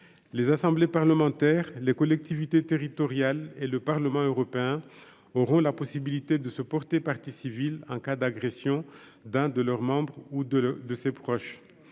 les assemblées parlementaires, les collectivités territoriales et le Parlement européen auront la possibilité de se porter partie civile en cas d'agression d'un de leurs membres ou de de ses proches,